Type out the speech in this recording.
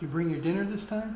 you bring your dinner this time